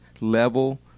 level